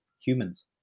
humans